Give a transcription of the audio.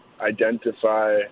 identify